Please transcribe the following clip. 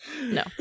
No